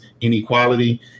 inequality